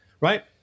right